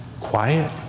quiet